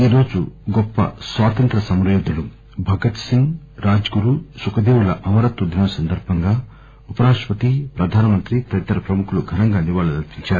ఈ రోజు గొప్ప స్వాతంత్ర్య సమరయోధులు భగత్ సింగ్ రాజ్ గురు సుఖదేవ్ ల అమరత్వ దినం సందర్బంగా ఉపరాష్టపతి ప్రధానమంత్రి తదితర ప్రముఖులు ఘనంగా నివాళులర్పించారు